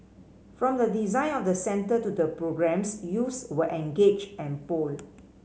from the design of the centre to the programmes youths were engaged and polled